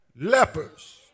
lepers